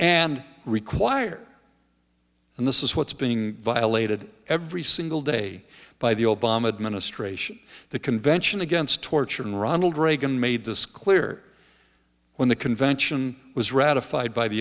and require and this is what's being violated every single day by the obama administration the convention against torture and ronald reagan made this clear when the convention was ratified by the